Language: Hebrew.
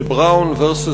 של Brown v.